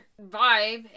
vibe